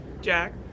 jack